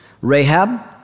Rahab